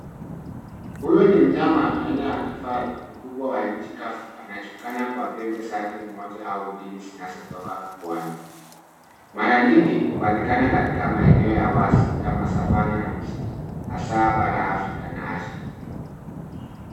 Huyu ni mnyama aina ya kifaru mkubwa wa nchi kavu. Anajulikana kwa pembe zake moja au mbili zinazotoka puani. Mara nyingi hupatikana kwa maeneo la wazi kama savana na msitu hasa bara la Afrika na Asia.